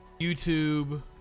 YouTube